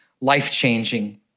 life-changing